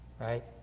right